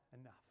enough